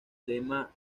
lema